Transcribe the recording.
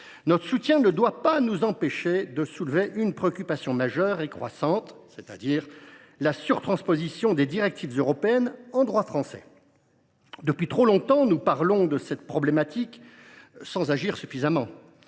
notre soutien ne nous empêche pas de soulever une préoccupation majeure et croissante : la surtransposition des directives européennes en droit français. Depuis trop longtemps, nous évoquons cette problématique sans agir suffisamment.